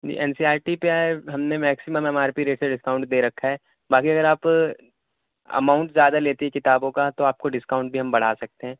جی N C R T پہ ہم نے maximum M R P rate سے ڈسکاؤنٹ دے رکھا ہے باقی اگر آپ اماؤنٹ زیادہ لیتی کتابوں کا تو آپ کو ڈسکاؤنٹ بھی ہم بڑھا سکتے ہیں